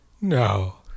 No